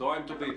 צהריים טובים.